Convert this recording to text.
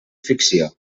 ficció